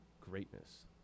greatness